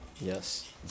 Yes